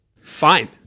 Fine